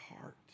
heart